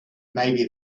maybe